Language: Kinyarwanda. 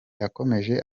yakomeje